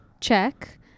check